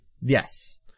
Yes